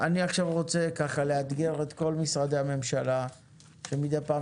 אני עכשיו רוצה ככה לאתגר את כל משרדי הממשלה שמדי פעם